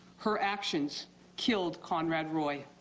her actions killed conrad roy.